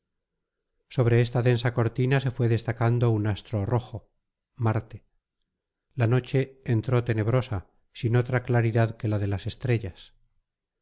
sobre esta densa cortina se fue destacando un astro rojo marte la noche entró tenebrosa sin otra claridad que la de las estrellas